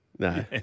No